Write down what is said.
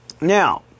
Now